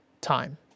time